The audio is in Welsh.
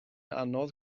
anodd